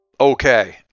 okay